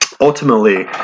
Ultimately